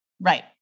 Right